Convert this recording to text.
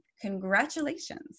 Congratulations